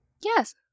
Yes